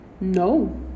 no